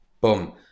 Boom